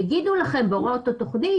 יגידו לכם הוראות התכנית,